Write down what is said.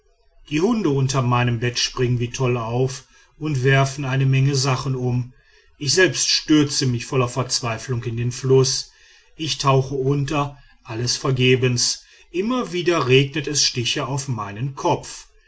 die hunde unter meinem bett springen wie toll auf und werfen eine menge sachen um ich selbst stürze mich voller verzweiflung in den fluß ich tauche unter alles vergebens immer wieder regnet es stiche auf meinen kopf